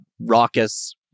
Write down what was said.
raucous